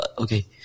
okay